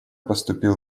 поступил